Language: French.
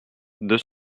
deux